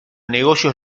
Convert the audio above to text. negocios